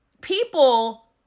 people